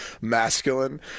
masculine